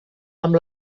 amb